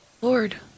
Lord